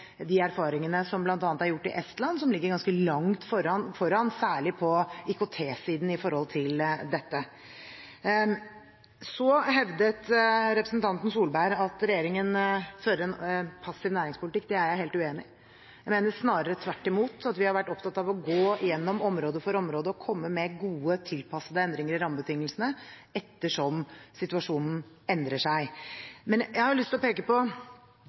de erfaringene som bl.a. er gjort i Estland, som ligger ganske langt foran særlig på IKT-siden i forhold til dette. Så hevdet representanten Tvedt Solberg at regjeringen fører en passiv næringspolitikk. Det er jeg helt uenig i. Jeg mener snarere tvert imot at vi har vært opptatt av å gå gjennom område for område og komme med gode, tilpassede endringer i rammebetingelsene etter hvert som situasjonen endrer seg. Men jeg har lyst til å peke på